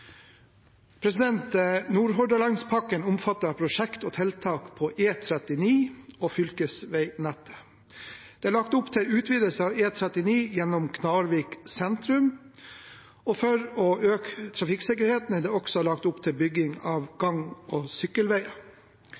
omfatter prosjekt og tiltak på E39 og fylkesveinettet. Det er lagt opp til utvidelse av E39 gjennom Knarvik sentrum. For å øke trafikksikkerheten er det også lagt opp til bygging av gang- og sykkelveier.